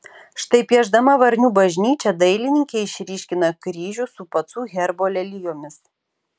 štai piešdama varnių bažnyčią dailininkė išryškina kryžių su pacų herbo lelijomis